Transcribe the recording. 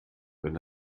wenn